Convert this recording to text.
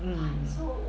mm